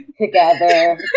together